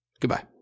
Goodbye